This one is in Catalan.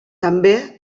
també